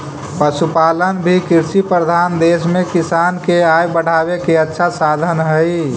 पशुपालन भी कृषिप्रधान देश में किसान के आय बढ़ावे के अच्छा साधन हइ